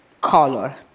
color